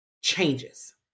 changes